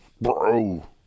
Bro